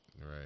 right